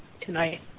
tonight